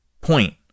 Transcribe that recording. point